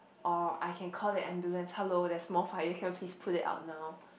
or I can call the ambulance hello there's small fire please put it out now